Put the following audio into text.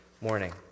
morning